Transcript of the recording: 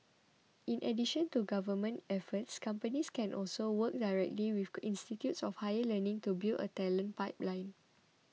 in addition to government efforts companies can also work directly with institutes of higher learning to build a talent pipeline